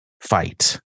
fight